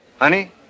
honey